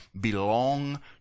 belong